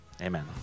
amen